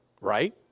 Right